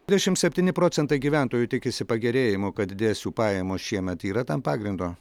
dvidešim septyni procentai gyventojų tikisi pagerėjimo kad didės jų pajamos šiemet yra tam pagrindo